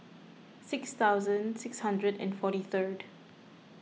six thousand six hundred and forty third